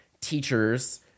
teachers